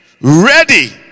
ready